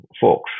folks